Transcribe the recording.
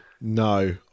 No